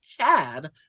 Chad